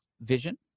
vision